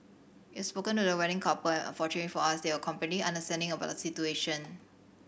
we spoken to the wedding couple and fortunately for us they were completely understanding about the situation